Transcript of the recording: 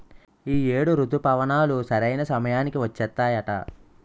ఈ ఏడు రుతుపవనాలు సరైన సమయానికి వచ్చేత్తాయట